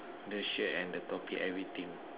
the shirt and the topi everything